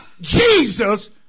Jesus